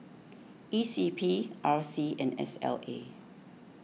E C P R C and S L A